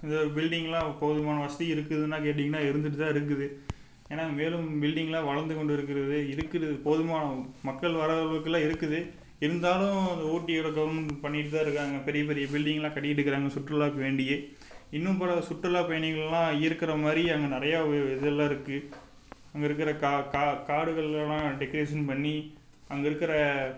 இந்த பில்டிங்லாம் போதுமானது வசதியும் இருக்குதுனால் கேட்டிங்கனால் இருந்துட்டு தான் இருக்குது ஏன்னா மேலும் பில்டிங்லாம் வளர்ந்து கொண்டு இருக்கிறது இருக்கிறது போதுமானது மக்கள் வர அளவுக்குலாம் இருக்குது இருந்தாலும் ஊட்டியோடய கவர்மெண்ட் பண்ணிக்கிட்டுத்தான் இருக்காங்க பெரிய பெரிய பில்டிங்லாம் கட்டிக்கிட்டு இருக்குறாங்க சுற்றுலாக்கு வேண்டி இன்னும் பல சுற்றுலா பயணிகள்லாம் இருக்கிற மாதிரி அங்கே நிறையா இதுலாம் இருக்குது அங்கே இருக்கிறது கா கா காடுகள்லாம் டெக்கரேஷன் பண்ணி அங்கே இருக்கிறது